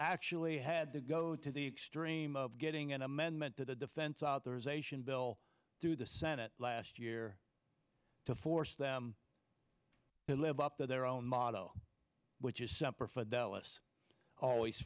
actually had to go to the extreme of getting an amendment to the defense authorization bill through the senate last year to force them to live up to their own motto which is separate but that was always